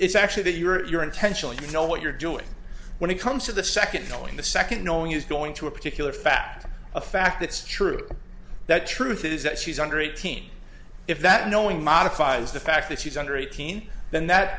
it's actually that you're intentionally you know what you're doing when it comes to the second knowing the second knowing is going to a particular fact a fact it's true that truth is that she's under eighteen if that knowing modifies the fact that she's under eighteen then that